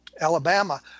Alabama